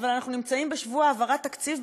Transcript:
אבל אנחנו נמצאים בשבוע העברת תקציב,